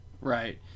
Right